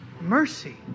mercy